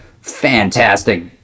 fantastic